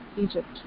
Egypt